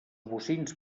bocins